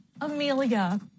Amelia